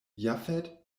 jafet